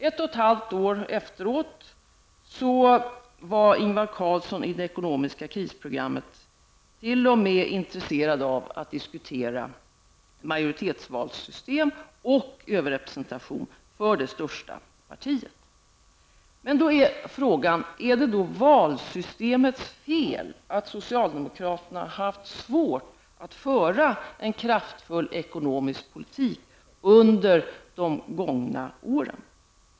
Ett och ett halvt år senare var Ingvar Carlsson i det ekonomiska krisprogrammet t.o.m. intresserad av att diskutera majoritetsvalssystem och överrepresentation för det största partiet. Men frågan är om det är valsystemets fel att socialdemokraterna haft svårt att föra en kraftfull ekonomisk politik under de gångna åren.